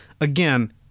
again